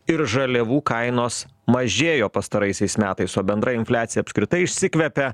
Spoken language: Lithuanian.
ir žaliavų kainos mažėjo pastaraisiais metais o bendra infliacija apskritai išsikvepia